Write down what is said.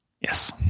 Yes